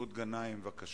מסעוד גנאים, בבקשה.